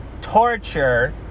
torture